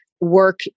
work